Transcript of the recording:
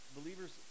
Believers